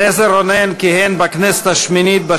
אליעזר רונן כיהן בכנסת השמינית,